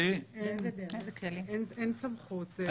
אין סמכות.